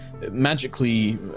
Magically